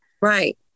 right